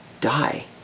die